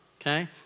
Okay